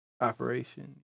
operation